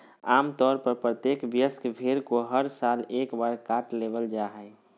आम तौर पर प्रत्येक वयस्क भेड़ को हर साल एक बार काट लेबल जा हइ